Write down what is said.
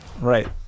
Right